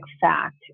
fact